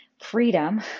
freedom